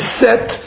set